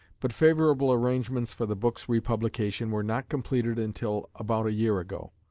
but favorable arrangements for the book's republication were not completed until about a year ago.